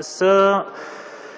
са